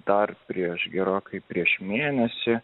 dar prieš gerokai prieš mėnesį